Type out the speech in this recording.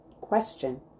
question